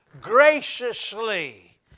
graciously